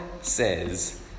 says